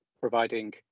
providing